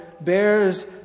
bears